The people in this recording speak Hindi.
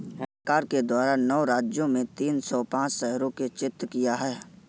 सरकार के द्वारा नौ राज्य में तीन सौ पांच शहरों को चिह्नित किया है